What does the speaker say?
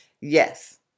yes